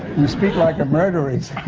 you speak like a murderer.